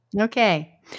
Okay